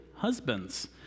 husbands